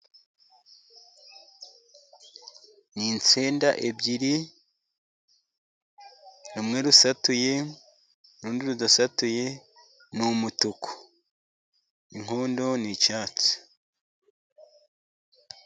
Ni insenda ebyiri, rumwe rusatuyemo, urundi rudasatuye, ni umutuku. Inkondo ni icyatsi.